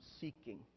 seeking